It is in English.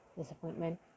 disappointment